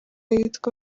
yitwa